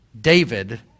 David